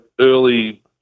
early